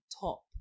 top